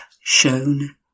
shown